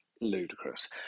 ludicrous